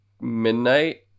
midnight